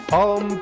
om